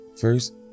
First